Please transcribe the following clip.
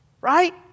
right